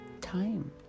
time